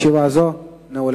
ישיבה זו נעולה.